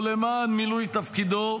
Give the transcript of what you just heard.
או למען מילוי תפקידו,